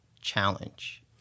challenge